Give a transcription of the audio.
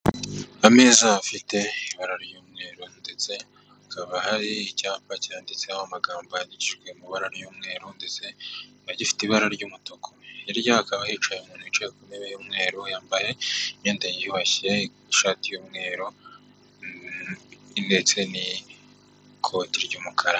Ameza afite ibara ry'umweru ndetse hakaba hari icyapa cyanditseho amagambo yandikishijwe ibara ry'umweru ndetse agifite ibara ry'umutuku, hirya y'aho hakaba hicaye umuntu, yicaye ku ntebe y'umweru yambaye imyenda y'iyubashye, ishati y'umweru ndetse n'ikoti ry'umukara.